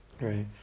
Right